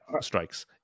strikes